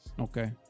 Okay